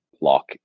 lock